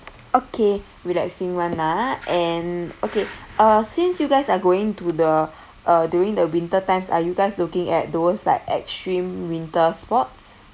okay relaxing [one] ah and okay uh since you guys are going to the uh during the winter times are you guys looking at those like extreme winter sports